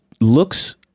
looks